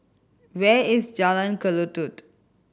where is Jalan Kelulut